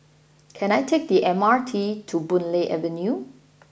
can I take the M R T to Boon Lay Avenue